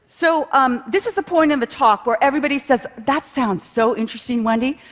so um this is the point in the talk where everybody says, that sounds so interesting, wendy,